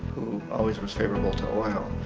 always was favorable to oil.